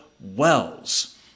Wells